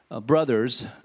Brothers